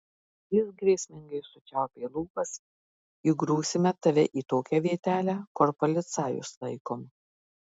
jis grėsmingai sučiaupė lūpas įgrūsime tave į tokią vietelę kur policajus laikom